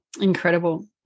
Incredible